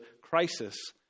crisis